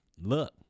look